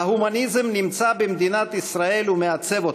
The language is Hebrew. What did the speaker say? ההומניזם נמצא במדינת ישראל ומעצב אותה.